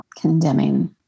Condemning